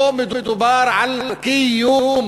פה מדובר על קיום,